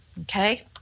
Okay